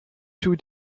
two